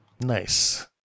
Nice